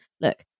Look